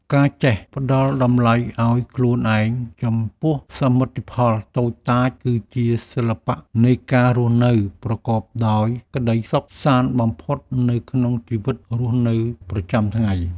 ការចេះផ្ដល់តម្លៃឱ្យខ្លួនឯងចំពោះសមិទ្ធផលតូចតាចគឺជាសិល្បៈនៃការរស់នៅប្រកបដោយក្ដីសុខសាន្តបំផុតនៅក្នុងជីវិតរស់នៅប្រចាំថ្ងៃ។